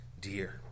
dear